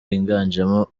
wiganjemo